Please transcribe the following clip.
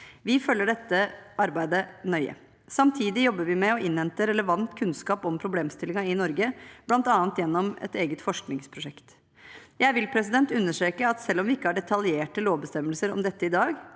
Vi følger dette arbeidet nøye. Samtidig jobber vi med å innhente relevant kunnskap om problemstillingen i Norge, bl.a. gjennom et eget forskningsprosjekt. Jeg vil understreke at selv om vi ikke har detaljerte lovbestemmelser om dette i dag,